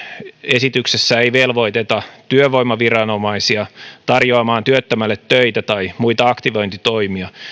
esityksessä ei velvoiteta työvoimaviranomaisia tarjoamaan työttömälle töitä tai muita aktivointitoimia